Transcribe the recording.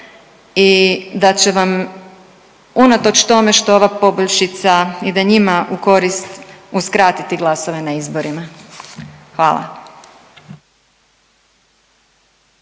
i da će vam unatoč tome što ova poboljšica ide njima u korist uskratiti glasove na izborima. Hvala.